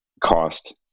cost